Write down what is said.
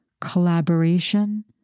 collaboration